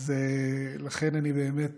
אז לכן אני באמת